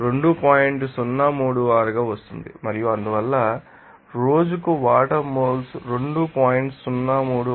036 గా వస్తుంది మరియు అందువల్ల రోజుకు వాటర్ మోల్స్ 2